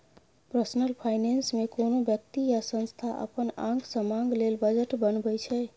personal finance मे कोनो बेकती या संस्था अपन आंग समांग लेल बजट बनबै छै